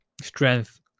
strength